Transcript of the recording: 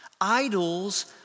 Idols